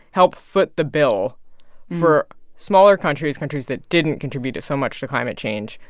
help foot the bill for smaller countries, countries that didn't contribute so much to climate change,